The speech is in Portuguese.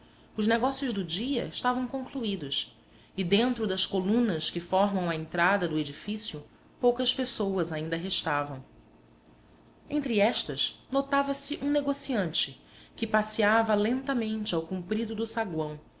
os negócios do dia estavam concluídos e dentro das colunas que formam a entrada do edifício poucas pessoas ainda restavam entre estas notava-se um negociante que passeava lentamente ao comprido do saguão